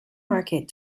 market